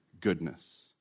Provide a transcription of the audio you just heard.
goodness